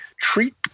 treat